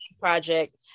project